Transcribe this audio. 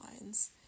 lines